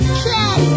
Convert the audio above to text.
cat